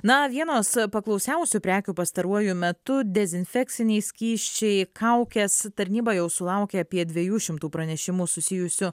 na vienos paklausiausių prekių pastaruoju metu dezinfekciniai skysčiai kaukės tarnyba jau sulaukė apie dviejų šimtų pranešimų susijusių